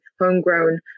homegrown